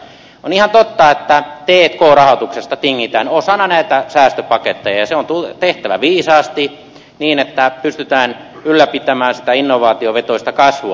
on ihan totta että t k rahoituksesta tingitään osana näitä säästöpaketteja ja se on tehtävä viisaasti niin että pystytään ylläpitämään sitä innovaatiovetoista kasvua